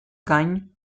gain